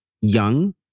young